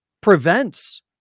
prevents